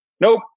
nope